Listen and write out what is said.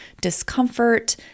discomfort